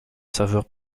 saveur